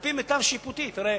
על-פי מיטב שיפוטי, תראה,